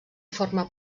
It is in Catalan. forma